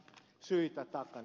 kuten ed